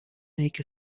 make